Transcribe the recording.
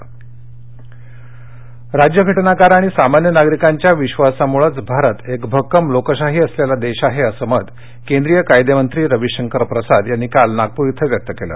रवी शंकर प्रसाद राज्यघटनाकार आणि सामान्य नागरिकांच्या विश्वासामुळेच भारत एक भक्कम लोकशाही असलेला देश आहे असं मत केंद्रीय कायदे मंत्री रवीशंकर प्रसाद यांनी काल नागपूर इथं व्यक्त केलं